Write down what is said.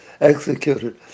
executed